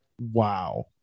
wow